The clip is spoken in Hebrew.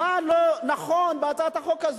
מה לא נכון בהצעת החוק הזאת?